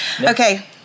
Okay